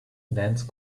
dense